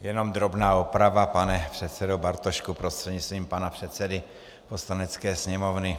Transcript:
Jenom drobná oprava, pane předsedo Bartošku prostřednictvím pana předsedy Poslanecké sněmovny.